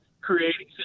Creating